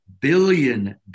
billion